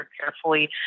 carefully